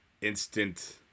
instant